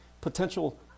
potential